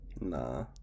Nah